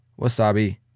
wasabi